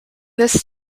this